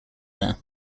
there